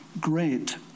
Great